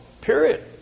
period